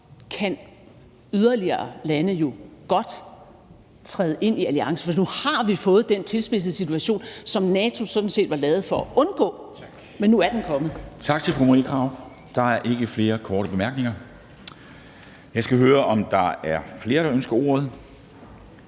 kan yderligere lande jo godt træde ind i alliancen, for nu har vi fået den tilspidsede situation, som NATO sådan set var lavet for at undgå, men som nu er kommet. Kl. 10:46 Formanden (Henrik Dam Kristensen): Tak til fru Marie Krarup. Der er ikke flere korte bemærkninger. Jeg skal høre, om der er flere, der ønsker ordet.